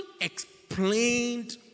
explained